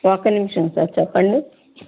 ఒక్క నిమిషం సార్ చెప్పండి